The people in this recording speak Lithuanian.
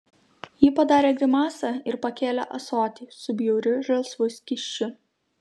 ji padarė grimasą ir pakėlė ąsotį su bjauriu žalsvu skysčiu